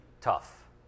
tough